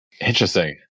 Interesting